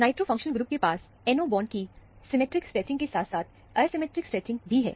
nitro functional group के पास NO bond की सिमेट्रिक स्ट्रेचिंग के साथ साथ एसिमिट्रिक स्ट्रेचिंग भी है